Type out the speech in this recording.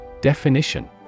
Definition